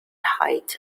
height